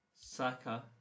Saka